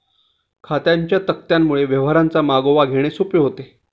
खात्यांच्या तक्त्यांमुळे व्यवहारांचा मागोवा घेणे सोपे होते